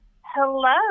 hello